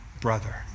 brother